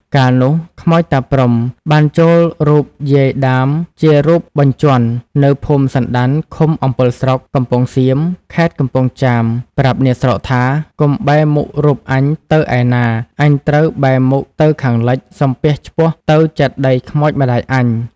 កាលនោះ ខ្មោចតាព្រហ្ម បានចូលរូបយាយដាមជារូបបញ្ជាន់នៅភូមិសណ្ដាន់ឃុំអម្ពិលស្រុក កំពង់សៀម ខេត្តកំពង់ចាម ប្រាប់អ្នកស្រុកថា កុំបែរមុខរូបអញទៅឯណា អញត្រូវបែរមុខទៅខាងលិច សំពះឆ្ពោះទៅចេតិយខ្មោចម្ដាយអញ ។